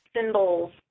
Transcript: symbols